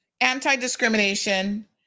anti-discrimination